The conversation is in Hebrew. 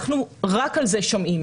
אנחנו רק על זה שומעים,